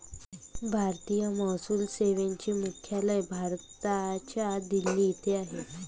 भारतीय महसूल सेवेचे मुख्यालय भारताच्या दिल्ली येथे आहे